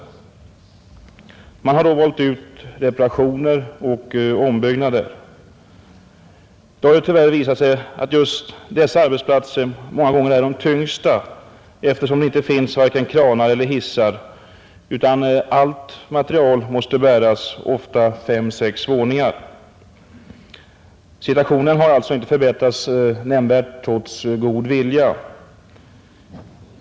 Man har då valt ut reparationer och ombyggnader. Då har det tyvärr visat sig att just dessa arbetsplatser många gånger är de tyngsta, eftersom det inte finns vare sig kranar eller hissar utan allt material måste bäras, ofta fem, sex våningar. Situationen har alltså inte förbättrats nämnvärt trots god vilja.